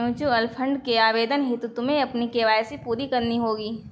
mutual fund के आवेदन हेतु तुम्हें अपनी के.वाई.सी पूरी करनी होगी